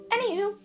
Anywho